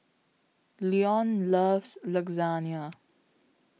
Leon loves Lasagna